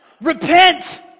Repent